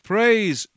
Praise